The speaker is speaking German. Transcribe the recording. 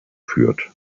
führt